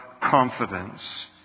confidence